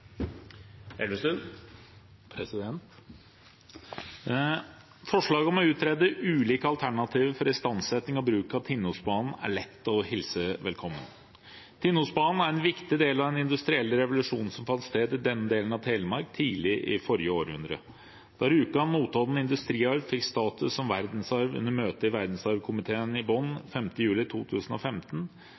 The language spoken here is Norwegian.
lett å hilse velkommen. Tinnosbanen er en viktig del av den industrielle revolusjonen som fant sted i denne delen av Telemark tidlig i forrige århundre. Da Rjukan–Notodden industriarv fikk status som verdensarv under møtet i verdensarvkomiteen i Bonn 5. juli 2015,